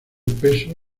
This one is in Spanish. peso